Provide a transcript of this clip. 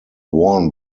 worn